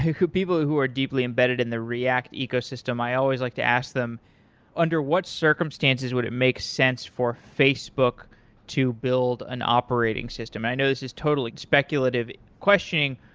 who who people who who are deeply embedded in the react ecosystem. i always like to ask them under what circumstances would it make sense for facebook to build an operating system? i know this is totally speculative questioning,